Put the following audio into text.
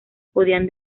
podían